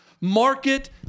market